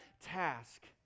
task